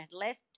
left